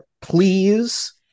please